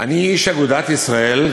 אני איש אגודת ישראל,